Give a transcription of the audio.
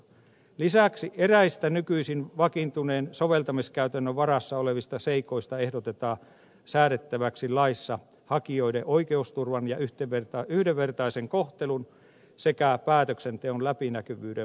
lisäksi eräistä nykyisin vakiintuneen soveltamiskäytännön varassa olevista seikoista ehdotetaan säädettäväksi laissa hakijoiden oikeusturvan ja yhdenvertaisen kohtelun sekä päätöksenteon läpinäkyvyyden vahvistamiseksi